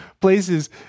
places